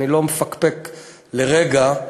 אני לא מפקפק לרגע,